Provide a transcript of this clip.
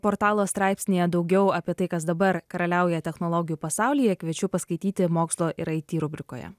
portalo straipsnyje daugiau apie tai kas dabar karaliauja technologijų pasaulyje kviečiu paskaityti mokslo ir it rubrikoje